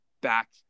back